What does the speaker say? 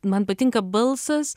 man patinka balsas